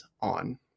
on